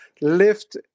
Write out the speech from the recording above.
lift